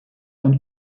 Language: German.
und